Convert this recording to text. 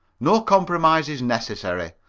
no compromise is necessary.